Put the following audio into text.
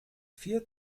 vier